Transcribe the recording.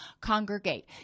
congregate